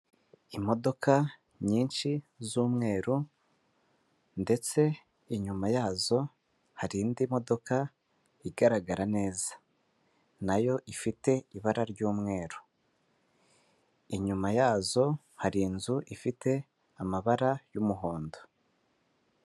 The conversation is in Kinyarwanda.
Imodoka nyinshi z'umweru ndetse inyuma yazo hari indi modoka igaragara neza, na yo ifite ibara ry'umweru. Inyuma yazo hari inzu ifite amabara y'umuhondo.